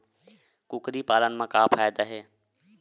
कुकरी पालन म का फ़ायदा हे?